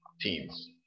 teams